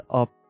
up